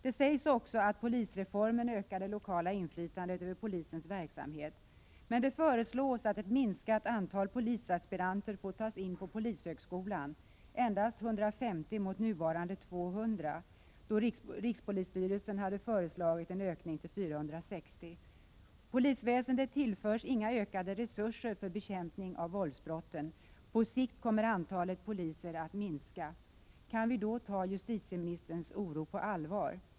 Det sägs också att polisreformen ökar det lokala inflytandet över polisens verksamhet. Men det föreslås att ett minskat antal polisaspiranter får tas in på polishögskolan — endast 150 mot nuvarande 200. Rikspolisstyrelsen har föreslagit en ökning till 460. Polisväsendet tillförs inga ökade resurser för bekämpning av våldsbrotten. På sikt kommer antalet poliser att minska. Kan vi då ta justitieministerns oro på allvar?